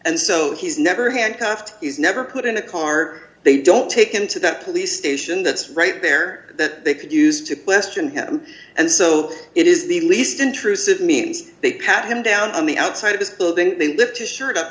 and so he's never handcuffed he's never put in a car they don't take into that police station that's right there that they could use to question him and so it is the least intrusive means they pat him down on the outside of this building they lift his shirt